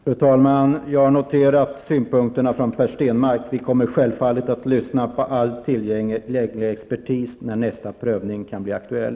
Fru talman! Jag har noterat synpunkterna från Per Stenmarck. Regeringen kommer självfallet att lyssna på all tillgänglig expertis, när nästa prövning kan bli aktuell.